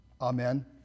Amen